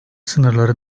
sınırları